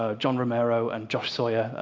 ah john romero, and josh sawyer,